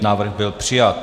Návrh byl přijat.